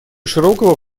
широкого